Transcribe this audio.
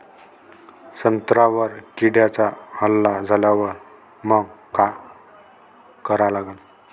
संत्र्यावर किड्यांचा हल्ला झाल्यावर मंग काय करा लागन?